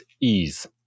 ease